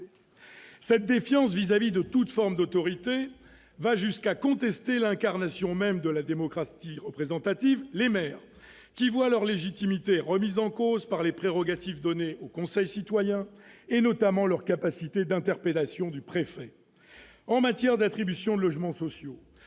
Cette défiance à l'égard de toute forme d'autorité va jusqu'à contester l'incarnation même de la démocratie représentative, à savoir les maires, qui voient leur légitimité remise en cause par les prérogatives données aux conseils citoyens, notamment leur capacité d'interpellation du préfet. En matière d'attribution de logements sociaux,